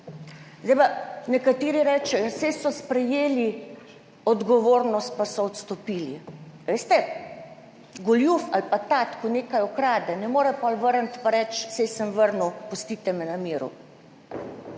Zdaj pa nekateri rečejo, saj so sprejeli odgovornost pa so odstopili. Veste, goljuf ali pa tat, ko nekaj ukrade, ne more pol vrniti, pa reči, saj sem vrnil, pustite me na miru.